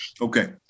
Okay